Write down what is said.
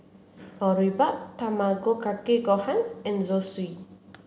Boribap Tamago Kake Gohan and Zosui